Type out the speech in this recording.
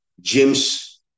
James